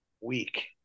week